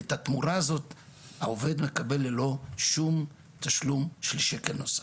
את התמורה הזו העובד מקבל ללא שום תשלום של שקל נוסף.